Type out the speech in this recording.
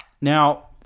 Now